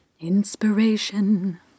Inspiration